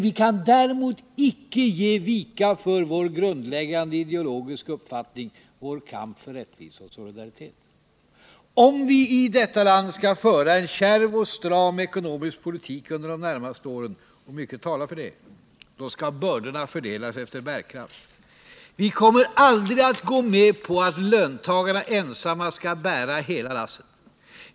Vi kan däremot icke ge vika i fråga om vår grundläggande ideologiska uppfattning, vår kamp för rättvisa och solidaritet. Om vi i detta land skall föra en kärv och stram ekonomisk politik under de närmaste åren — och mycket talar för det — skall bördorna fördelas efter bärkraft. Vi kommer aldrig att gå med på att löntagarna ensamma skall bära hela lasset.